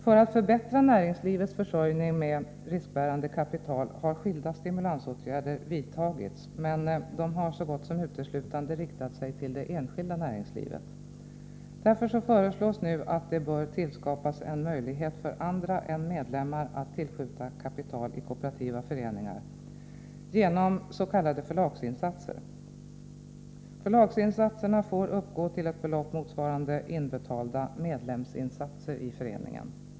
För att förbättra näringslivets försörjning med riskbärande kapital har skilda stimulansåtgärder vidtagits, men dessa har så gott som uteslutande riktat sig till det enskilda näringslivet. Därför föreslår regeringen nu att det bör tillskapas en möjlighet för andra än medlemmar att tillskjuta kapital i kooperativa föreningar genom s.k. förlagsinsatser. Förlagsinsatserna får uppgå till ett belopp motsvarande inbetalda medlemsinsatser i föreningen.